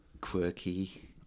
quirky